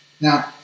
Now